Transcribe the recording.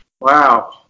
Wow